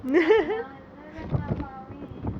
it's not nice no that's not for me